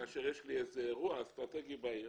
כאשר יש לי איזה אירוע אסטרטגי בעיר